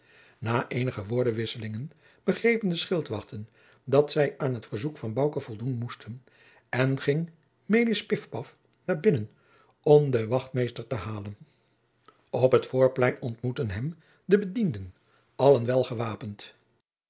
na eenige woordenwisselingen begrepen de schildwachten dat zij aan het verzoek van bouke voldoen moesten en ging melis pif paf naar binnen om den wachtmeester te halen op het voorplein ontmoeteden hem de bedienden allen welgewapend